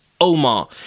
Omar